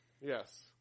Yes